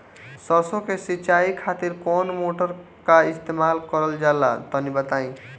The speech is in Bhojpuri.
सरसो के सिंचाई खातिर कौन मोटर का इस्तेमाल करल जाला तनि बताई?